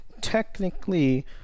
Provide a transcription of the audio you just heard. technically